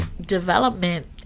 development